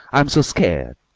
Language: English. i am so scared!